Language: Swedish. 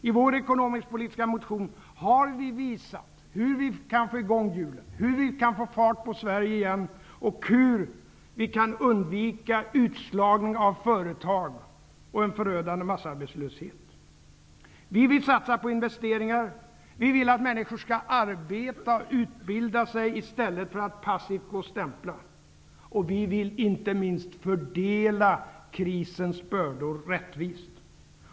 I vår ekonomisk-politiska motion har vi visat hur vi kan få i gång hjulen, hur vi kan få fart på Sverige igen och hur vi kan undvika utslagning av företag och en förödande massarbetslöshet. Vi vill satsa på investeringar. Vi vill att människor skall arbeta och utbilda sig i stället för att passivt gå och stämpla. Vi vill inte minst fördela krisens bördor rättvist.